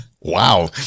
Wow